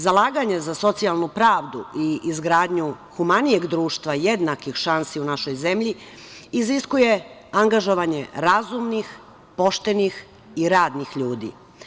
Zalaganje za socijalnu pravdu i izgradnju humanijeg društva, jednakih šansi u našoj zemlji iziskuje angažovanje razumnih, poštenih i radnih ljudi.